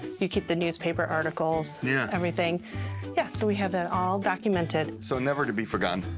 you keep the newspaper articles, yeah everything. yeah, so we have that all documented. so never to be forgotten.